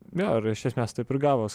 jo ir iš esmės taip ir gavos